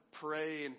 pray